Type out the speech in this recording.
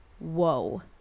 whoa